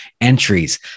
entries